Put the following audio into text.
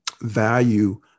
value